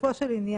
לגופו של עניין,